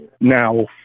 now